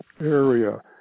area